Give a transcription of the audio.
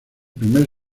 primer